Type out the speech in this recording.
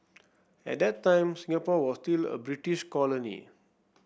at that time Singapore was still a British colony